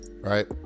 Right